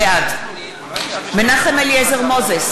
בעד מנחם אליעזר מוזס,